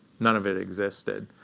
none of it existed.